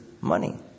money